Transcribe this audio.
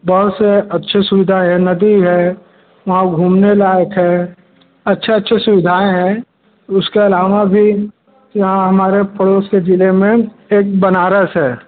बहुत से अच्छी सुविधा है नदी है वहाँ घूमने लायक़ है अच्छी अच्छी सुविधाएँ हैं उसके अलावा भी यहाँ हमारे पड़ोस के ज़िले में एक बनारस है